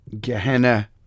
Gehenna